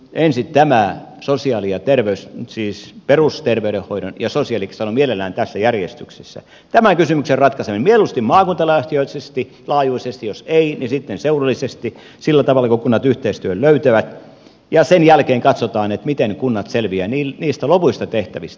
ensin tämä sosiaali ja terveydenhuollon siis perusterveydenhoidon ja sosiaalipalvelujen sanon mielellään tässä järjestyksessä kysymyksen ratkaiseminen mieluusti maakuntalaajuisesti jos ei niin sitten seudullisesti sillä tavalla kuin kunnat yhteistyön löytävät ja sen jälkeen katsotaan miten kunnat selviävät niistä lopuista tehtävistä